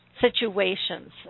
situations